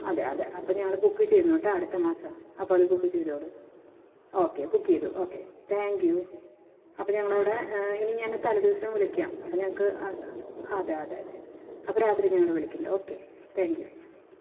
അതേയതെ അപ്പോൾ ഞങ്ങൾ ബുക്ക് ചെയ്യുന്നു കേട്ടോ അടുത്ത മാസം അപ്പോൾ അത് ബുക്ക് ചെയ്തോളൂ ഓക്കെ ബുക്ക് ചെയ്തു ഓക്കെ താങ്ക് യൂ അപ്പോൾ ഞങ്ങളവിടെ ഇനി ഞാൻ തലേ ദിവസം വിളിക്കാം അപ്പം ഞങ്ങൾക്ക് ആ സ അതെ അതെ അതെ അപ്പോൾ രാത്രി ഞങ്ങൾ വിളിക്കാണ്ട് ഓക്കെ താങ്ക് യൂ